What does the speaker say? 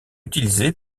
utilisé